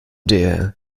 der